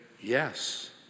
yes